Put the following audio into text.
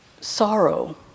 sorrow